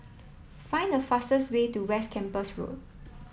find the fastest way to West Camps Road